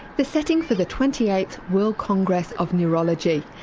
the setting for the twenty eighth world congress of neurology,